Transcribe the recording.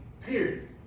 period